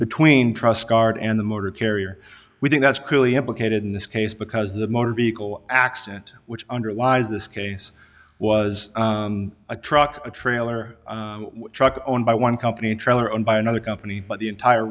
card and the motor carrier we think that's clearly implicated in this case because the motor vehicle accident which underlies this case was a truck a trailer truck owned by one company a trailer owned by another company but the entire